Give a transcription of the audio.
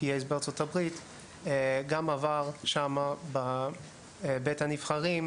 בארצות הברית הוא התחיל ב-1967 באוניברסיטת Duke בצפון קרולינה,